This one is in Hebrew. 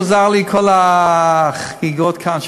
מוזר לי כל החגיגות כאן,